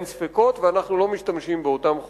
אין ספקות, ואנחנו לא משתמשים באותם חומרים.